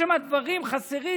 יש שם דברים חסרים,